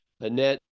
Annette